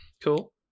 cool